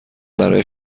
برای